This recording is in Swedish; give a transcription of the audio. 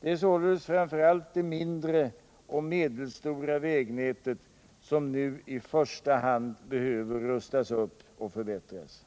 Det är således framför allt det mindre och medelstora vägnätet som nu i första hand behöver rustas upp och förbättras,